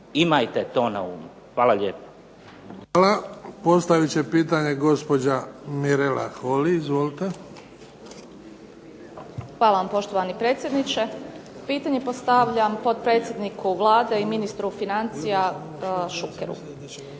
imajte to na umu. Hvala lijepo. **Bebić, Luka (HDZ)** Hvala. Postavit će pitanje gospođa Mirela Holy. Izvolite. **Holy, Mirela (SDP)** Hvala vam, poštovani predsjedniče. Pitanje postavljam potpredsjedniku Vlade i ministru financija Šukeru.